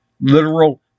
literal